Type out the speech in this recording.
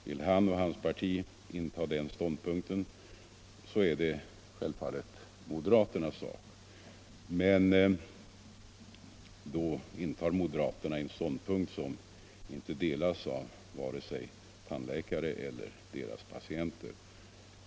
Vill han och hans parti inta den ståndpunkten, är det självfallet moderaternas sak, men då intar moderaterna en ståndpunkt som inte delas av vare sig tandläkare eller deras patienter.